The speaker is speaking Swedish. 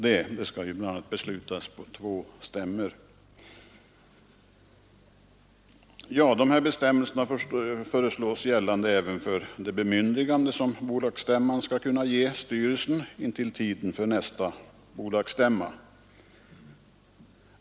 Det skall bl.a. beslutas på två bolagsstämmor. Dessa bestämmelser föreslås bli gällande även för det bemyndigande som bolagsstämman skall kunna ge. styrelsen intill tiden för nästa bolagsstämma.